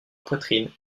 poitrine